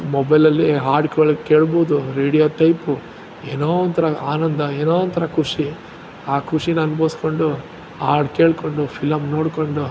ಮೊಬೈಲಲ್ಲಿ ಹಾಡು ಕೇಳು ಕೇಳ್ಬೋದು ರೇಡಿಯೋ ಟೈಪು ಏನೋ ಒಂಥರ ಆನಂದ ಏನೋ ಒಂಥರ ಖುಷಿ ಆ ಖುಷಿನಾ ಅನ್ಭವಿಸ್ಕೊಂಡು ಹಾಡ್ ಕೇಳಿಕೊಂಡು ಫಿಲಮ್ ನೋಡಿಕೊಂಡು